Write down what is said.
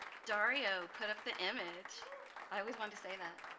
dario put up the image i always wanted to say that